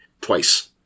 twice